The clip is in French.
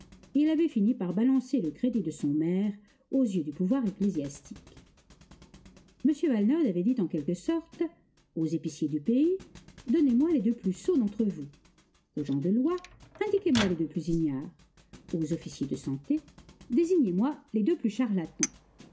il avait fini par balancer le crédit de son maire aux yeux du pouvoir ecclésiastique m valenod avait dit en quelque sorte aux épiciers du pays donnez-moi les deux plus sots d'entre vous aux gens de loi indiquez-moi les deux plus ignares aux officiers de santé désignez moi les deux plus charlatans